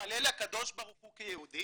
התפלל לקב"ה כיהודי